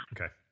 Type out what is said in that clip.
Okay